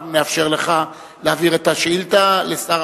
אנחנו נאפשר לך להעביר את השאילתא לשר